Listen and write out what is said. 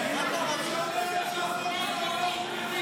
ואחרי זה,